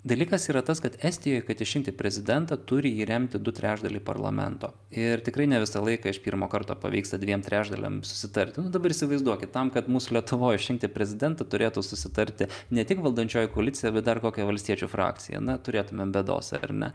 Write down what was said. dalykas yra tas kad estijoj kad išrinkti prezidentą turi jį remti du trečdaliai parlamento ir tikrai ne visą laiką iš pirmo karto pavyksta dviem trečdaliam susitarti nu dabar įsivaizduokit tam kad mūs lietuvoj išrinkti prezidentą turėtų susitarti ne tik valdančioji koalicija bet dar kokia valstiečių frakcija na turėtumėm bėdos ar ne